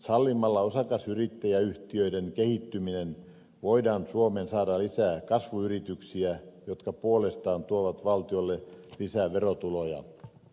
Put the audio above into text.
sallimalla osakasyrittäjäyhtiöiden kehittyminen voidaan suomeen saada lisää kasvuyrityksiä jotka puolestaan tuovat valtiolle lisää verotuloja